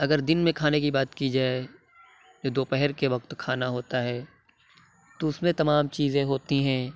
اگر دِن میں کھانے کی بات کی جائے جو دوپہر کے وقت کھانا ہوتا ہے تو اُس میں تمام چیزیں ہوتی ہیں